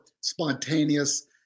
spontaneous